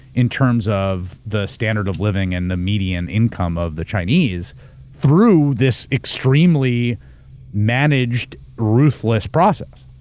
in terms of the standard of living and the median income of the chinese through this extremely managed, ruthless process.